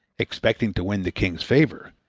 expecting to win the king's favor,